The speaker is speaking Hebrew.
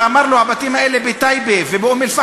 ואמר לו: הבתים האלה בטייבה ובאום-אלפחם,